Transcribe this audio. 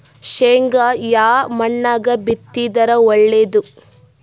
ಶೇಂಗಾ ಯಾ ಮಣ್ಣಾಗ ಬಿತ್ತಿದರ ಒಳ್ಳೇದು?